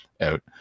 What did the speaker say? out